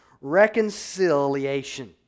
reconciliation